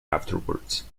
afterwards